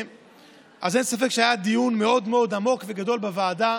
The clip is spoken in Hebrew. אין ספק שהיה דיון מאוד עמוק וגדול בוועדה.